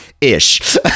ish